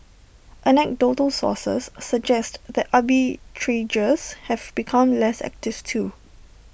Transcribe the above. anecdotal sources suggest that arbitrageurs have become less active too